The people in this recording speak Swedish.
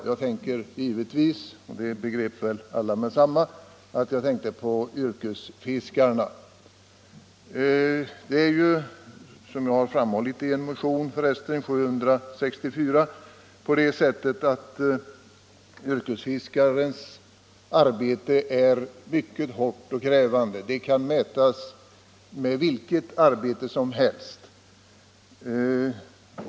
Jag tänker här givetvis — och det begrep väl alla — på yrkesfiskarna. Som jag har framhållit i min motion 764 är yrkesfiskarnas arbete mycket hårt och krävande. Det kan i det avseendet mäta sig med vilket annat arbete som helst.